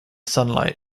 sunlight